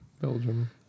Belgium